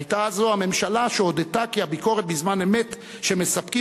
היתה זו הממשלה שהודתה כי הביקורת בזמן אמת שמספקים